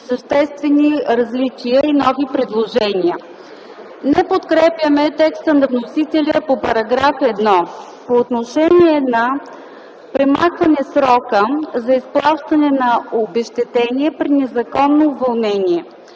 съществени различия и нови предложения. Не подкрепяме текста на вносителя по § 1. По отношение на премахване срока за изплащане на обезщетение при незаконно уволнение.